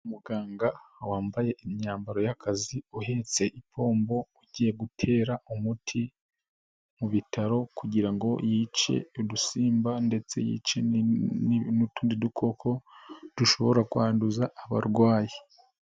Muganga wambaye imyambaro y'akazi ,uhetse ipombo ,ugiye gutera umuti, mu bitaro ,kugira ngo yice udusimba ndetse yice n'utundi dukoko dushobora kwanduza abarwayi.